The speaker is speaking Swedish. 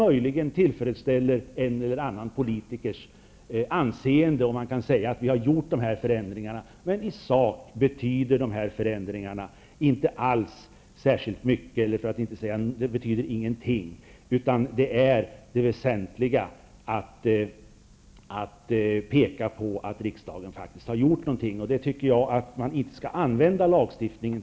Möjligen tillfredsställer denna lagstiftning en eller annan politiker med tanke på dennes anseende i och med att vederbörande kan peka på de förändringar här som vi har gjort. Men i sak betyder dessa förändringar alls inte särskilt mycket -- för att inte säga att de betyder noll och ingenting. Det väsentliga verkar vara att man vill peka på att riksdagen faktiskt har gjort någonting. Men jag tycker inte att lagstiftningen skall användas på det sättet.